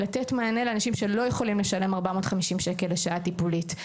לתת מענה לאנשים שלא יכולים לשלם 450 שקל לשעה טיפולית.